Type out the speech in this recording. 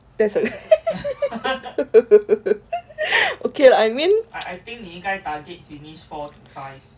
that's okay lah I mean I think